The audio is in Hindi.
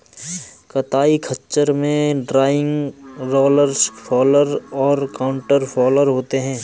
कताई खच्चर में ड्रॉइंग, रोलर्स फॉलर और काउंटर फॉलर होते हैं